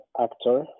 actor